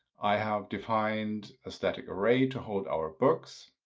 i have defined a static array to hold our books.